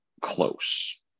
close